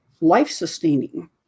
life-sustaining